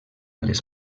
les